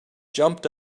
jumped